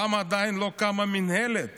למה עדיין לא קמה מינהלת